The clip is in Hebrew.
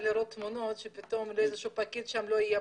אני לא רוצה לראות תמונות שפתאום איזשהו פקיד שם לא ידע